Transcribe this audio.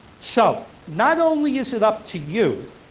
so, not only is it up to you.